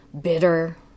bitter